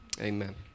Amen